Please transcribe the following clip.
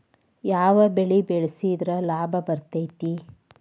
ಯಾವ ಬೆಳಿ ಬೆಳ್ಸಿದ್ರ ಲಾಭ ಬರತೇತಿ?